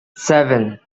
seven